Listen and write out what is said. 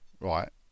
Right